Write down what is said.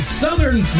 southern